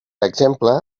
exemple